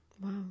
Wow